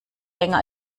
länger